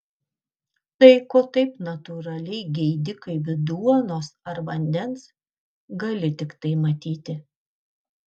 tai ko taip natūraliai geidi kaip duonos ar vandens gali tiktai matyti